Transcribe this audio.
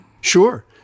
Sure